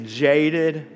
jaded